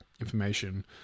information